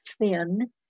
thin